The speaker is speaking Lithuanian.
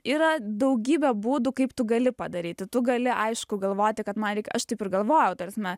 yra daugybė būdų kaip tu gali padaryti tu gali aišku galvoti kad man reikia aš taip ir galvojau ta prasme